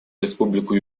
республику